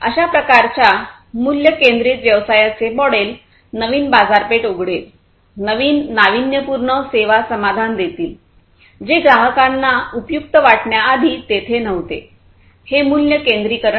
अशा प्रकारच्या मूल्य केंद्रित व्यवसायाचे मॉडेल नवीन बाजारपेठ उघडेल नवीन नाविन्यपूर्ण सेवा समाधान देतील जे ग्राहकांना उपयुक्त वाटण्याआधी तेथे नव्हते हे मूल्य केंद्रीकरण आहे